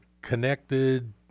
connected